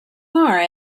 are